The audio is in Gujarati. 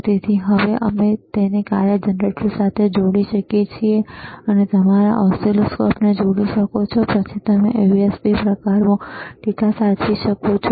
તેથી હવે અમે તેને કાર્ય જનરેટર સાથે જોડી શકીએ છીએ તમે તમારા ઓસિલોસ્કોપને જોડી શકો છો અને પછી તમે USB પ્રકારમાં ડેટા સાચવી શકો છો